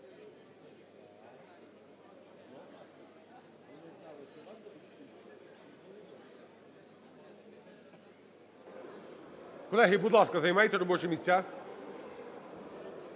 Колеги, будь ласка, займайте робочі місця.